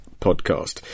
podcast